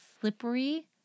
slippery